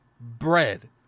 bread